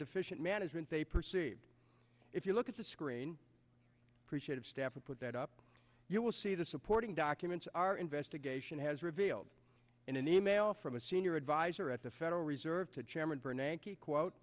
deficient management they perceived if you look at the screen appreciative staff we put that up you will see the supporting documents our investigation has revealed in an e mail from a senior advisor at the federal reserve to